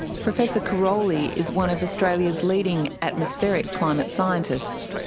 professor karoly is one of australia's leading atmospheric climate scientists.